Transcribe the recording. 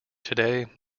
today